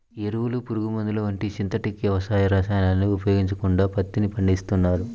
ఎరువులు, పురుగుమందులు వంటి సింథటిక్ వ్యవసాయ రసాయనాలను ఉపయోగించకుండా పత్తిని పండిస్తున్నారు